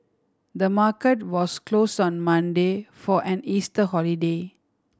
the market was closed on Monday for an Easter holiday